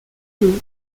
crew